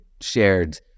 shared